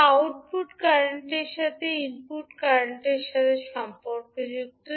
যা আউটপুট কারেন্টের সাথে ইনপুট কারেন্টের সাথে সম্পর্কযুক্ত